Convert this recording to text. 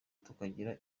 tukagira